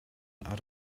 out